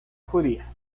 judía